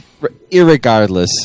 Irregardless